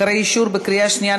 אחרי האישור בקריאה שנייה,